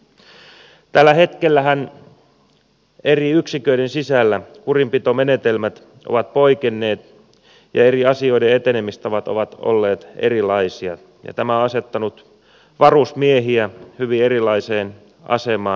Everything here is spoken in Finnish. tällä hetkellähän eri yksiköiden sisällä kurinpitomenetelmät ovat poikenneet ja eri asioiden etenemistavat ovat olleet erilaisia ja tämä on asettanut varusmiehiä hyvin erilaiseen asemaan